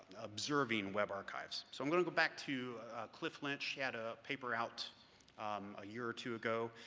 observing web archives. so i'm going to go back to cliff lynch. he had a paper out a year or two ago.